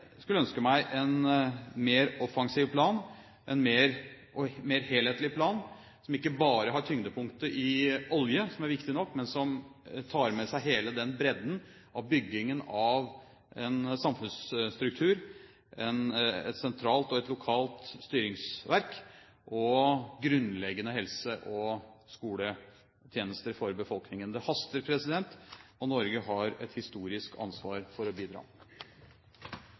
skulle ønske meg en mer offensiv plan, en mer helhetlig plan, som ikke bare har tyngdepunktet i olje, som er viktig nok, men som tar med seg hele bredden av byggingen av en samfunnsstruktur, et sentralt og lokalt styringsverk og grunnleggende helse- og skoletjenester for befolkningen. Det haster, og Norge har et historisk ansvar for å bidra.